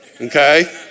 okay